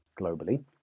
globally